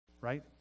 right